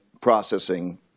processing